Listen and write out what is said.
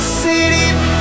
city